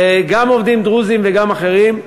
גם עובדים דרוזים וגם אחרים,